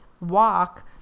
walk